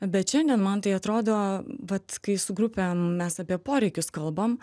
bet šiandien man tai atrodo vat kai su grupėm mes apie poreikius kalbam